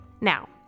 Now